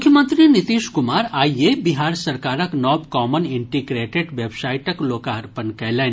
मुख्यमंत्री नीतीश कुमार आइए बिहार सरकारक नव कॉमन इंटीग्रेटेड वेबसाइटक लोकार्पण कयलनि